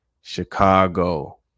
chicago